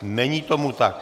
Není tomu tak.